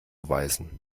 weisen